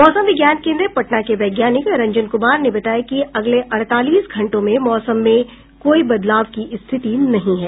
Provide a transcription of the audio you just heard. मौसम विज्ञान केन्द्र पटना के वैज्ञानिक रंजन कुमार ने बताया कि अगले अड़तालीस घंटों में मौसम में कोई बदलाव की स्थिति नहीं है